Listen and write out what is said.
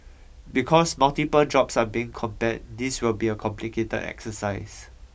because multiple jobs are being compared this will be a complicated exercise